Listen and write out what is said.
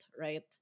right